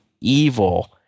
evil